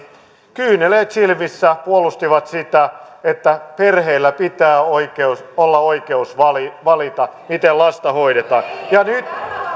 kyyneleet silmissä puolusti sitä että perheillä pitää olla oikeus valita valita miten lasta hoidetaan